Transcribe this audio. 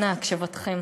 אנא הקשבתכם.